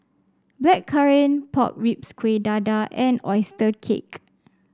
Blackcurrant Pork Ribs Kueh Dadar and oyster cake